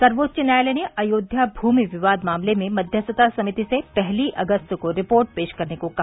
सर्वोच्च न्यायालय ने अयोध्या भूमि विवाद मामले में मध्यस्थता समिति से पहली अगस्त को रिपोर्ट पेश करने को कहा